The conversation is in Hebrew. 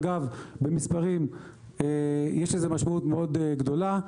אגב, במספרים יש לזה משמעות מאוד גדולה.